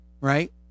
right